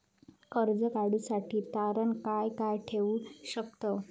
कर्ज काढूसाठी तारण काय काय ठेवू शकतव?